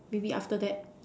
maybe after that